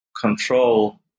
control